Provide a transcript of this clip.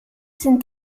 sind